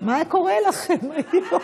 חברת הכנסת איילת נחמיאס ורבין, מה קורה לכם היום?